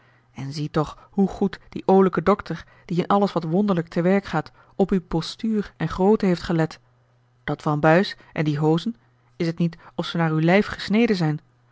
en zie toch hoe goed die olijke dokter die in alles wat wonderlijk te werk gaat op uw postuur en grootte heeft gelet dat wambuis en die hoozen is t niet of ze naar uw lijf gesneden zijn